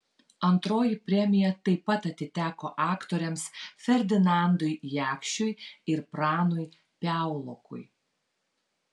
antroji premija taip pat atiteko aktoriams ferdinandui jakšiui ir pranui piaulokui